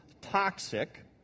toxic